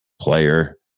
player